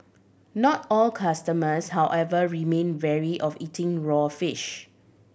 not all customers however remain wary of eating raw fish